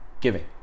giving